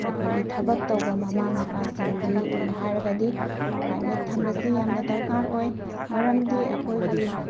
ꯑꯩꯈꯣꯏꯒꯤ ꯊꯕꯛ ꯇꯧꯕ ꯃꯃꯥ ꯃꯄꯥꯁꯤꯡꯒꯤ ꯑꯣꯏꯅ ꯍꯥꯏꯔꯒꯗꯤ ꯄ꯭ꯔꯥꯏꯚꯦꯠ ꯊꯝꯕꯁꯤ ꯌꯥꯝꯅ ꯗꯔꯀꯥꯔ ꯑꯣꯏ ꯃꯔꯝꯗꯤ ꯑꯩꯈꯣꯏꯒꯤ